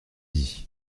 dit